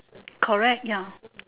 correct ya